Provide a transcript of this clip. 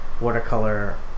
watercolor